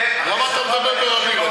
למה אתה מדבר ברבים?